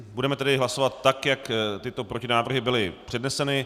Budeme tedy hlasovat, tak jak tyto protinávrhy byly předneseny.